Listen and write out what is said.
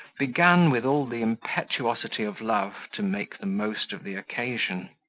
began, with all the impetuosity of love, to make the most of the occasion.